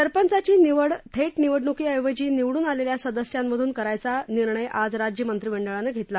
सरपंचाची निवड थेट निवडणुकीऐवजी निवडुन आलेल्या सदस्यांमधून करायचा आज राज्य मंत्रीमंडळाने घेतला